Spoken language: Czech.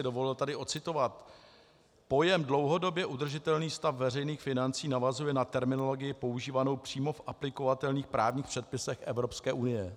Dovolil bych si tady odcitovat: Pojem dlouhodobě udržitelný stav veřejných financí navazuje na terminologii používanou přímo v aplikovatelných právních předpisech EU.